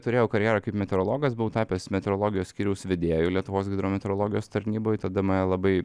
turėjau karjerą kaip meteorologas buvau tapęs meteorologijos skyriaus vedėju lietuvos hidrometeorologijos tarnyboj tada mane labai